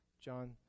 John